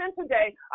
today